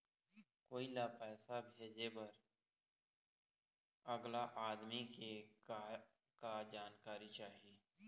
कोई ला पैसा भेजे बर अगला आदमी के का का जानकारी चाही?